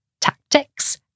tactics